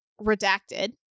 redacted